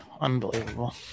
Unbelievable